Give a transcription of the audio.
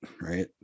Right